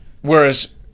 Whereas